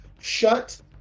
shut